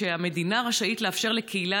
שהמדינה רשאית לאפשר לקהילה,